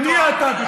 למה התקזזת?